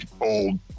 old